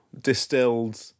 distilled